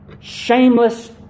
shameless